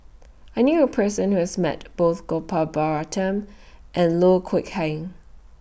I knew A Person Who has Met Both Gopal Baratham and Loh Kok Heng